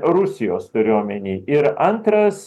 rusijos kariuomenei ir antras